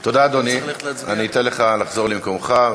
תודה, אדוני, אני אתן לך לחזור למקומך.